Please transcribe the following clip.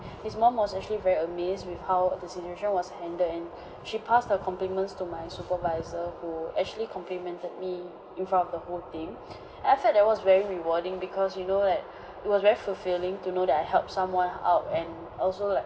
his mom was actually very amazed with how the situation was handled and she passed her compliments to my supervisor who actually complimented me in front of the whole team and I felt that was very rewarding because you know that it was very fulfilling to know that I helped someone out and also like